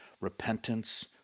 repentance